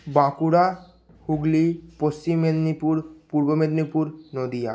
Bankura Hooghly Paschim Medinipur Purba Medinipur Nadia